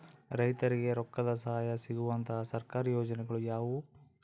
ರೈತರಿಗೆ ರೊಕ್ಕದ ಸಹಾಯ ಸಿಗುವಂತಹ ಸರ್ಕಾರಿ ಯೋಜನೆಗಳು ಯಾವುವು?